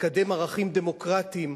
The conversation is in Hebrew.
לקדם ערכים דמוקרטיים,